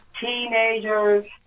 teenagers